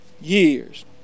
years